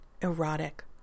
Erotic